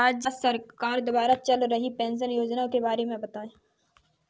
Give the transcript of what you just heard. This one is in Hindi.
राज्य सरकार द्वारा चल रही पेंशन योजना के बारे में बताएँ?